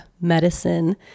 medicine